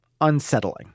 unsettling